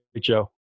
Joe